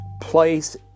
place